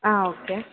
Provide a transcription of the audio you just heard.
okay